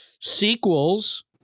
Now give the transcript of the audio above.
sequels